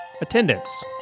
attendance